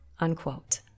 unquote